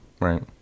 Right